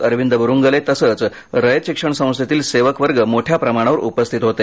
अरविंद बुरूंगले तसंच रयत शिक्षण संस्थेतील सेवकवर्ग मोठ्या प्रमाणावर उपस्थित होते